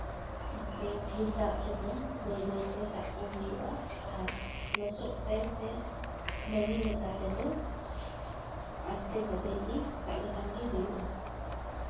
ᱡᱮ ᱰᱷᱮᱨ ᱫᱟᱜ ᱨᱮᱫᱚ ᱵᱟᱹᱭ ᱵᱟᱹᱭᱮ ᱥᱟᱵ ᱠᱚ ᱦᱩᱭᱩᱜᱼᱟ ᱟᱨ ᱞᱚᱥᱚᱫ ᱨᱮ ᱥᱮ ᱰᱟᱝᱜᱤ ᱧᱚᱜ ᱫᱟᱜ ᱨᱮᱫᱚ ᱟᱥᱛᱮ ᱵᱷᱟᱵᱮ ᱜᱮ ᱥᱟᱵ ᱞᱮᱠᱷᱟᱱ ᱜᱮ ᱦᱩᱭᱩᱜᱼᱟ